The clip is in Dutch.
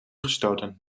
gestoten